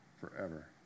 forever